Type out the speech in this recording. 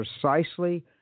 precisely